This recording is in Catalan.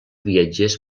viatgers